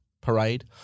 parade